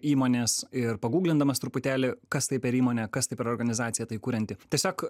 įmonės ir paguglindamas truputėlį kas tai per įmonė kas tai per organizacija tai kurianti tiesiog